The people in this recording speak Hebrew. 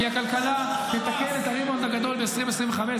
כי הכלכלה תתקן את הריבאונד הגדול ב-2025,